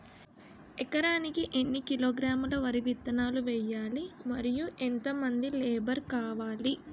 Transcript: ఎకరానికి ఎన్ని కిలోగ్రాములు వరి విత్తనాలు వేయాలి? మరియు ఎంత మంది లేబర్ కావాలి?